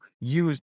use